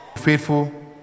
faithful